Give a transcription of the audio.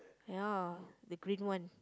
ya the green one